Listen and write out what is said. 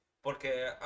Porque